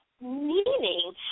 meaning